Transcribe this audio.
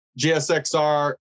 GSXR